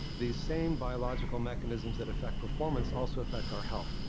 these same biological mechanisms that affect performance also affect our health.